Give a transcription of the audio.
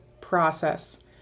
process